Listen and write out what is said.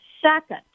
Second